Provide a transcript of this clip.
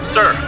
Sir